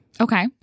Okay